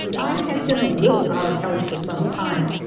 i had been a little out of health for some time,